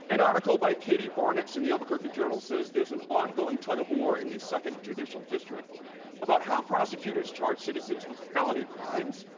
an article by katy barnitz in the albuquerque journal says there's an ongoing tug of war in the second judicial district about how prosecutors charge citizens with felony crimes.